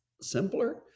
simpler